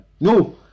no